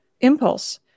impulse